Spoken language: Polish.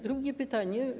Drugie pytanie.